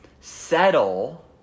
settle